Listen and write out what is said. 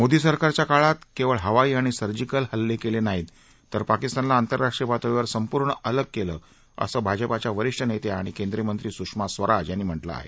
मोदी सरकारच्या काळात केवळ हवाई आणि सर्जिकल हल्ले केले नाहीत तर पाकिस्तानला आंतरराष्ट्रीय पातळीवर संपूर्ण अलग केलं असं भाजपाच्या वरिष्ठ नेत्या आणि केंद्रीय मंत्री सुषमा स्वराज यांनी म्हटलं आहे